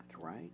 right